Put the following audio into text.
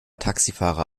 taxifahrer